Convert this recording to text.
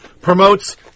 promotes